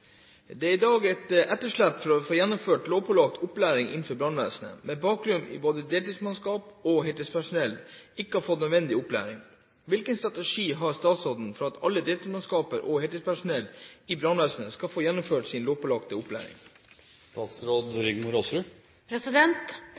i dag et etterslep for å få gjennomført lovpålagt opplæring innenfor brannvesenet, med bakgrunn i at både deltidsmannskap og heltidspersonell ikke har fått nødvendig opplæring. Hvilken strategi har statsråden for at alle deltidsmannskaper og heltidspersonell i brannvesenet skal få gjennomført sin lovpålagte opplæring?»